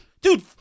Dude